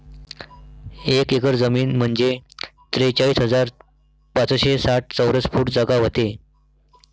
एक एकर जमीन म्हंजे त्रेचाळीस हजार पाचशे साठ चौरस फूट जागा व्हते